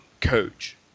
coach